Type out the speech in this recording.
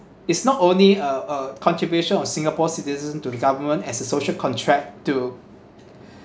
it's not only uh a contribution of singapore citizen to the government as a social contract to